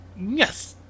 Yes